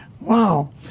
Wow